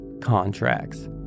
contracts